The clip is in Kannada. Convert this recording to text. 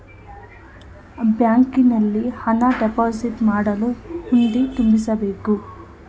ಬ್ಯಾಂಕಿನಲ್ಲಿ ಹಣ ಡೆಪೋಸಿಟ್ ಮಾಡಲು ಹುಂಡಿ ತುಂಬಿಸಬೇಕು